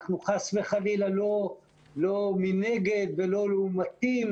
אנחנו חס וחלילה לא נגד ולא לעומתיים.